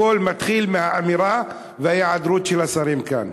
הכול מתחיל מהאמירה וההיעדרות של השרים כאן.